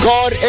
God